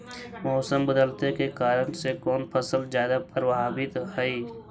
मोसम बदलते के कारन से कोन फसल ज्यादा प्रभाबीत हय?